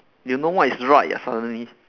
you know what is right ah suddenly